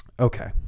Okay